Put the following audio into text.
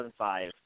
2005